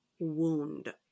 Wound